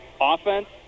offense